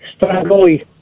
Stragoi